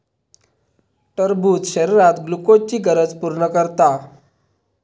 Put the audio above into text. टरबूज शरीरात ग्लुकोजची गरज पूर्ण करता